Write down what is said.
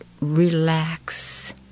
relax